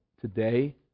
today